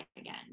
again